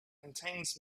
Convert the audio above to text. contains